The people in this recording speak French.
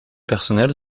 personnel